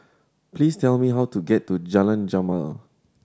please tell me how to get to Jalan Jamal